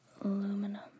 Aluminum